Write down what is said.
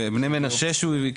ובני מנשה שהוא הביא.